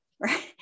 Right